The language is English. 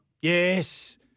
Yes